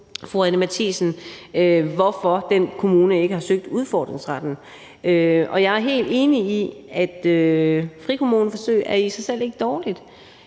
kunne sige, hvorfor den kommune ikke har søgt at bruge udfordringsretten. Jeg er helt enig i, at frikommuneforsøg i sig selv ikke er dårligt,